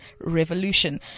revolution